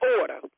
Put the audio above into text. order